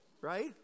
right